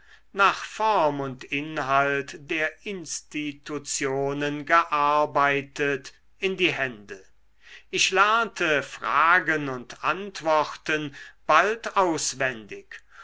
nach form und inhalt der institutionen gearbeitet in die hände ich lernte fragen und antworten bald auswendig